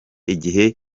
igihe